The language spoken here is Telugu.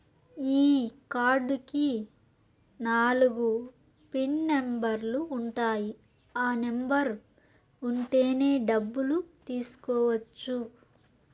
ఈ కార్డ్ కి నాలుగు పిన్ నెంబర్లు ఉంటాయి ఆ నెంబర్ ఉంటేనే డబ్బులు తీసుకోవచ్చు